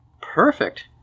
Perfect